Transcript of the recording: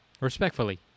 Respectfully